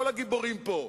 כל הגיבורים פה.